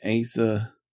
Asa